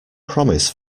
promise